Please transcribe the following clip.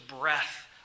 breath